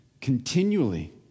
continually